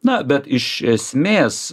na bet iš esmės